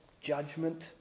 judgment